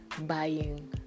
buying